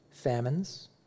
Famines